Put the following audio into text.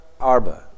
Arba